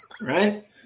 Right